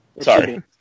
Sorry